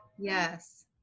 Yes